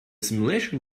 simulation